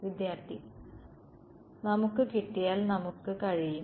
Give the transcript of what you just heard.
വിദ്യാർത്ഥി നമുക്ക് കിട്ടിയാൽ നമുക്ക് കഴിയും